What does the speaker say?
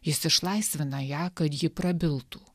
jis išlaisvina ją kad ji prabiltų